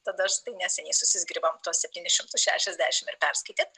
tada štai neseniai susizgribom tuos septynis šimtus šešiasdešimt ir perskaitėm